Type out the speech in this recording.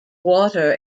water